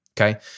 Okay